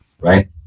Right